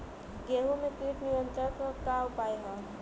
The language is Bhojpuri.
गेहूँ में कीट नियंत्रण क का का उपाय ह?